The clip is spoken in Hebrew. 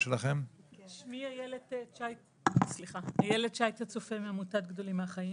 שמי איילת צ'ייט הצופה, מעמותת גדולים מהחיים.